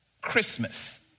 Christmas